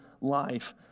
life